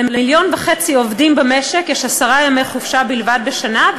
למיליון וחצי עובדים במשק יש עשרה ימי חופשה בלבד בשנה,